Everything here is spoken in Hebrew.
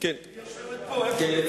היא יושבת פה, איפה היא?